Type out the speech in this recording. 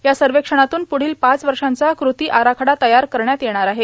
या सर्वेक्षणातून पुढील पाच वर्षाचा कृती आराखडा तयार करण्यात येणार आहे